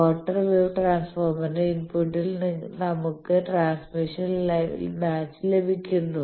quarter wave ട്രാൻസ്ഫോർമർന്റെ ഇൻപുട്ടിൽ നമ്മൾക്ക് ട്രാൻസ്മിഷൻ മാച്ച് ലഭിക്കുന്നു